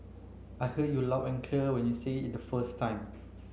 I heard you loud and clear when you said it the first time